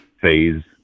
phase